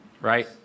right